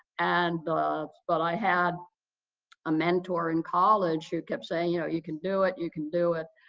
and but i had a mentor in college who kept saying, you know, you can do it. you can do it.